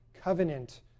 covenant